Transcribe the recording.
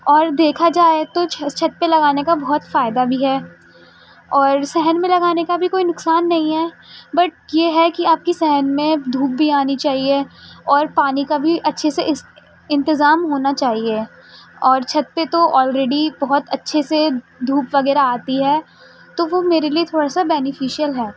اور دیکھا جائے تو چھت پہ لگانے کا بہت فائدہ بھی ہے اور صحن میں لگانے کا بھی کوئی نقصان نہیں ہے بٹ یہ ہے کہ آپ کی صحن میں دھوپ بھی آنی چاہیے اور پانی کا بھی اچھے سے انتظام ہونا چاہیے اور چھت پہ تو آلریڈی بہت اچھے سے دھوپ وغیرہ آتی ہے تو وہ میرے لیے تھوڑا سا بینیفیشیل ہے